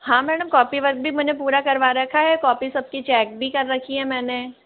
हाँ madam copy का work भी मैंने पूरा करवा रखा है कॉपी सब की चेक भी कर रखी है मैंने